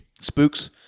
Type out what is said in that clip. spooks